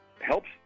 helps